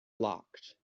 locked